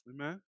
Amen